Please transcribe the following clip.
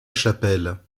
chapelle